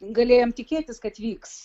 galėjom tikėtis kad vyks